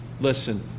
Listen